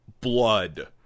blood